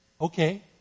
okay